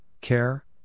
care